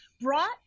brought